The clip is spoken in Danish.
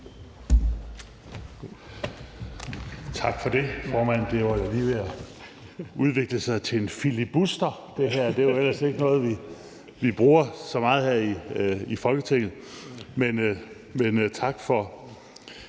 Tak for det, formand. Det her var lige ved at udvikle sig til en filibuster, og det er jo ellers ikke noget, vi bruger så meget her i Folketinget, men tak for